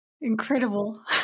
Incredible